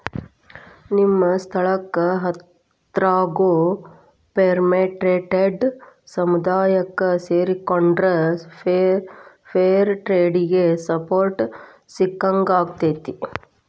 ನಿಮ್ಮ ಸ್ಥಳಕ್ಕ ಹತ್ರಾಗೋ ಫೇರ್ಟ್ರೇಡ್ ಸಮುದಾಯಕ್ಕ ಸೇರಿಕೊಂಡ್ರ ಫೇರ್ ಟ್ರೇಡಿಗೆ ಸಪೋರ್ಟ್ ಸಿಕ್ಕಂಗಾಕ್ಕೆತಿ